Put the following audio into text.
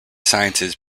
sciences